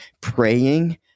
praying